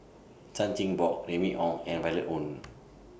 Chan Chin Bock Remy Ong and Violet Oon